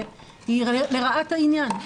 היא לרעת העניין,